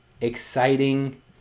exciting